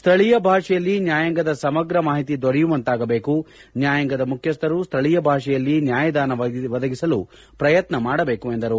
ಸ್ಥಳೀಯ ಭಾಷೆಯಲ್ಲಿ ನ್ನಾಯಾಂಗದ ಸಮಗ್ರ ಮಾಹಿತಿ ದೊರೆಯುವಂತಾಗಬೇಕು ನ್ನಾಯಾಂಗದ ಮುಖ್ಯಸ್ಥರು ಸ್ಥಳೀಯ ಭಾಷೆಯಲ್ಲಿ ನ್ಯಾಯದಾನ ಒದಗಿಸಲು ಪ್ರಯತ್ನ ಮಾಡಬೇಕು ಎಂದರು